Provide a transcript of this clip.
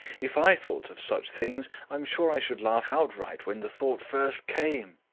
if i thought of such things, i'm sure i should laugh outright when the thought first came.